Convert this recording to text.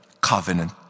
covenant